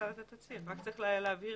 צריך להבהיר